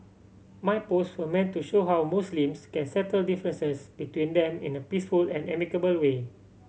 my post were meant to show how Muslims can settle differences between them in a peaceful and amicable way